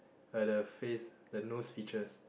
uh the face the nose features